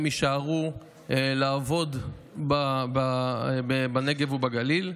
הם יישארו לעבוד בנגב ובגליל.